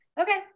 Okay